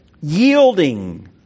Yielding